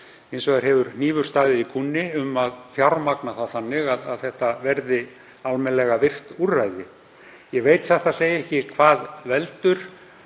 Hins vegar hefur hnífurinn staðið í kúnni að fjármagna það þannig að það verði almennilega virkt úrræði. Ég veit satt að segja ekki hvað veldur.